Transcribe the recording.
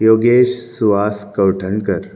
Yogesh Suhas Kavathankar